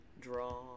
Draw